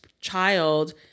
child